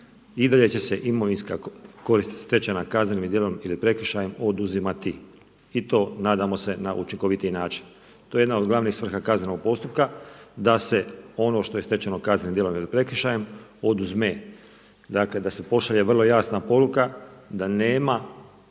I dalje će se imovinska korist stečena kaznenim djelom ili prekršajem oduzimati i to nadamo se na učinkovitiji način. To je jedna od glavnih svrha kaznenog postupka da se ono što je stečeno kaznenim djelom ili prekršajem oduzme. Dakle da se pošalje vrlo jasna poruka da nema